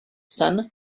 son